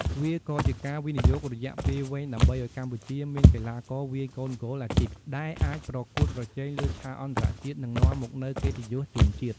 វាក៏ជាការវិនិយោគរយៈពេលវែងដើម្បីឲ្យកម្ពុជាមានកីឡាករវាយកូនហ្គោលអាជីពដែលអាចប្រកួតប្រជែងលើឆាកអន្តរជាតិ និងនាំមកនូវកិត្តិយសជូនជាតិ។